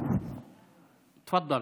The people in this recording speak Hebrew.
תפדל.